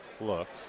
looked